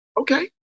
okay